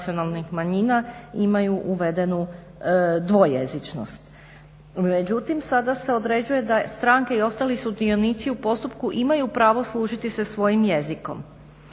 imaju uvedenu dvojezičnost. Međutim se određuje da stranke i ostali sudionici u postupku imaju pravo služiti se svojim jezikom.